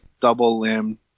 double-limb